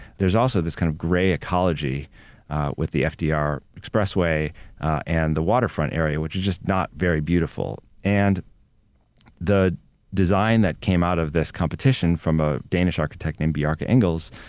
there's also this kind of gray ecology with the fdr expressway and the waterfront area, which is just not very beautiful. and the design that came out of this competition from a danish architect named bjarke ingels,